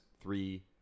three